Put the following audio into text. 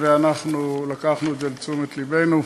ואנחנו לקחנו את זה לתשומת לבנו.